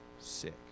sick